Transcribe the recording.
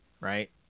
right